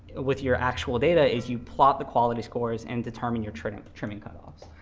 with your actual data is you plot the quality scores, and determine your trimming trimming cutoffs.